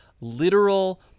literal